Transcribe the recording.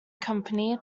company